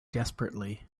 desperately